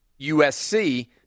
USC